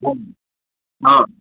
ହଁ